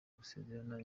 gusezerana